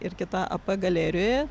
ir kita ap galerijoje